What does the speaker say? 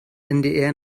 ndr